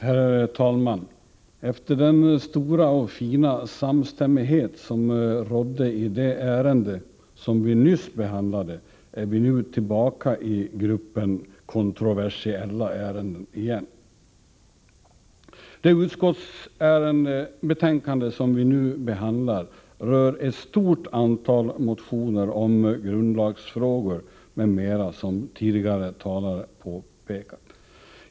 Herr talman! Efter att ha upplevt den stora och fina samstämmighet som rådde i det ärende som vi nyss behandlade är vi återigen tillbaka till gruppen kontroversiella ärenden. Det utskottsbetänkande som vi nu behandlar rör ett stort antal motioner om grundlagsfrågor m.m., som tidigare talare framhållit.